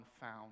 found